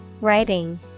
Writing